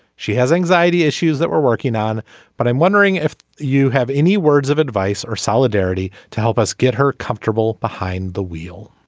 she has anxiety issues that we're working on but i'm wondering if you have any words of advice or solidarity to help us get her comfortable behind the wheel.